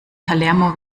palermo